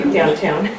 downtown